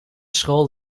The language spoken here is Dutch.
school